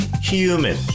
human